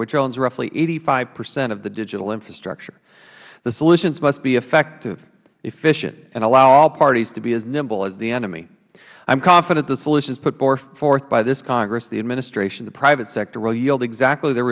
which owns roughly eighty five percent of the digital infrastructure the solutions must be effective efficient and allow all parties to be as nimble as the enemy i am confident the solutions put forth by this congress the administration and the private sector will yield exactly the